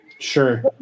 Sure